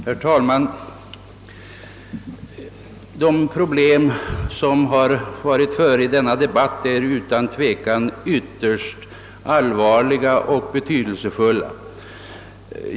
Herr talman! De problem som har varit före i dennna debatt är utan tvivel ytterst allvarliga och betydelsefulla.